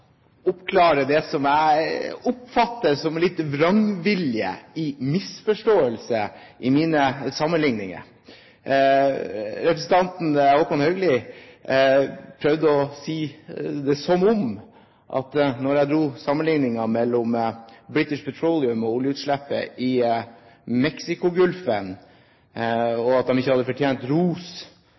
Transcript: oppklare det jeg oppfatter som litt vrangvilje og misforståelse av mine sammenligninger. Representanten Håkon Haugli prøvde å si det som om jeg, da jeg dro sammenligningen mellom British Petroleum og oljeutslippet i Mexicogolfen og at de ikke fortjener ros